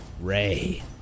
Ray